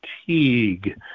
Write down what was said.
fatigue